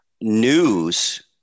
news